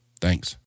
Thanks